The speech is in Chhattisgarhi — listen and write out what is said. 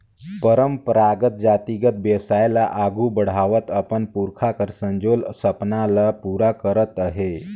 परंपरागत जातिगत बेवसाय ल आघु बढ़ावत अपन पुरखा कर संजोल सपना ल पूरा करत अहे